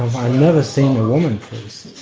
never seen a woman priest.